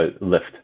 lift